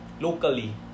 locally